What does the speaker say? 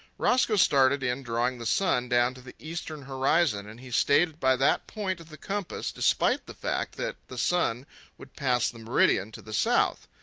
roscoe started in drawing the sun down to the eastern horizon, and he stayed by that point of the compass despite the fact that the sun would pass the meridian to the south.